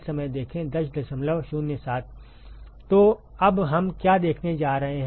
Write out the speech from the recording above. तो अब हम क्या देखने जा रहे हैं